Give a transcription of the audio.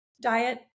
diet